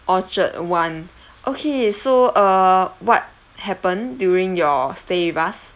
orchard one okay so err what happen during your stay with us